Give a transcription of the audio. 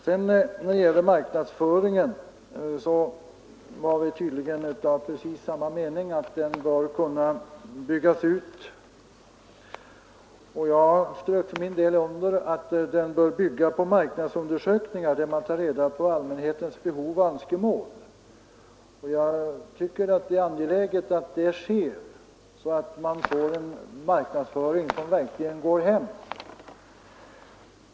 När det gäller marknadsföringen är vi tydligen av precis samma mening: den bör kunna byggas ut. Jag strök för min del under att den bör bygga på marknadsundersökningar, där man tar reda på allmänhetens behov och önskemål, så att man får en marknadsföring som verkligen går hem.